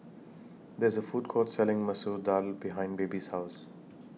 There IS A Food Court Selling Masoor Dal behind Baby's House